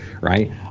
right